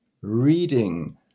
reading